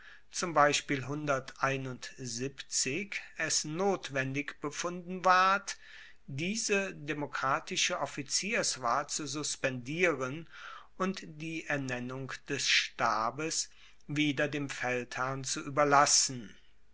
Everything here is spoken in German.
es notwendig befunden ward diese demokratische offizierswahl zu suspendieren und die ernennung des stabes wieder dem feldherrn zu ueberlassen